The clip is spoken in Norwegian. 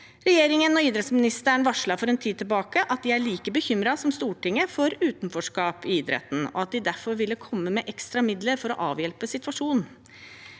Regjeringen og idrettsministeren varslet for en tid tilbake at de er like bekymret som Stortinget for utenforskap i idretten, og at de derfor ville komme med ekstra midler for å avhjelpe situasjonen.